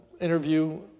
interview